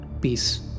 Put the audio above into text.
Peace